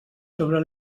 sobre